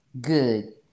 Good